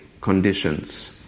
conditions